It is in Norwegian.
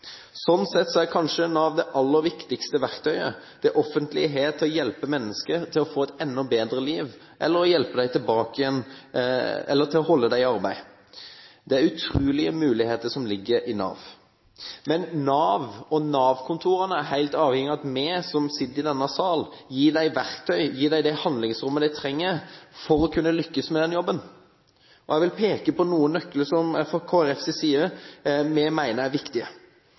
Sånn sett er kanskje Nav det aller viktigste verktøyet det offentlige har for å hjelpe mennesker til å få et enda bedre liv, eller for å hjelpe dem til å holde seg i arbeid. Det er utrolige muligheter som ligger i Nav. Men Nav og Nav-kontorene er helt avhengig av at vi som sitter i denne salen, gir dem verktøy og det handlingsrommet de trenger for å lykkes med jobben. Jeg vil peke på noen nøkler som vi i Kristelig Folkeparti mener er viktige. For å få Nav til å fungere er